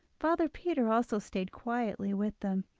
father peter also stayed quietly with them,